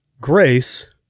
Grace